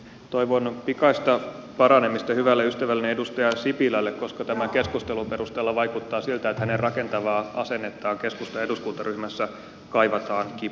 toivon pikaista paranemista hyvälle ystävälleni edustaja sipilälle koska tämän keskustelun perusteella vaikuttaa siltä että hänen rakentavaa asennettaan keskustan edustakuntaryhmässä kaivataan kipeästi